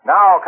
Now